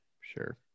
Sure